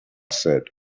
said